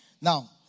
Now